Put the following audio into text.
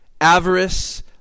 avarice